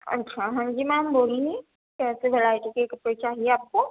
اچھا ہاں جی میم بولیے کیسے ویرائٹی کے کپڑے چاہیے آپ کو